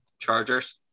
Chargers